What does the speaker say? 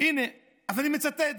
אז הינה, אני מצטט.